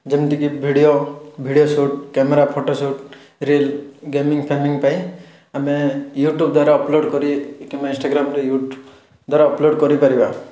ଯେମତିକି video video shoot camera photo shoot reel ଗେମିଙ୍ଗ୍ଫେମିଙ୍ଗ ପାଇଁ ଆମେ ୟୁଟ୍ୟୁବ୍ ଦ୍ୱାରା ଅପଲୋଡ଼୍ କରି କିମ୍ବା ଇନଷ୍ଟାଗ୍ରାମ୍ରେ ୟୁଟୁବ୍ ଦ୍ୱାରା ଅପଲୋଡ଼୍ କରିପାରିବା